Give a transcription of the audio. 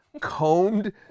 combed